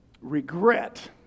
Regret